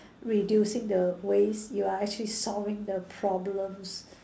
reducing the waste you are actually solving the problems